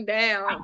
down